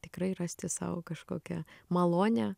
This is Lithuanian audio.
tikrai rasti sau kažkokią malonią